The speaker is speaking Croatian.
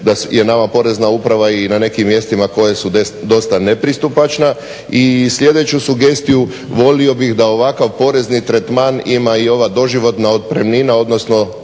da je nama Porezna uprava i na nekim mjestima koja su dosta nepristupačna. I sljedeću sugestiju, volio bih da ovakav porezni tretman ima i ova doživotna otpremnina odnosno